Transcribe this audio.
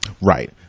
Right